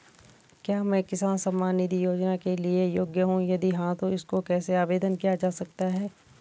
क्या मैं किसान सम्मान निधि योजना के लिए योग्य हूँ यदि हाँ तो इसको कैसे आवेदन किया जा सकता है?